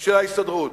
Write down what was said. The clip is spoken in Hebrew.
של ההסתדרות.